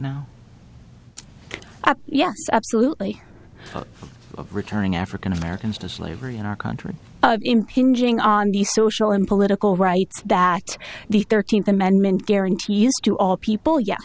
now yes absolutely returning african americans to slavery in our country impinging on the social and political rights that the thirteenth amendment guarantees to all people ye